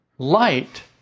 Light